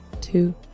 two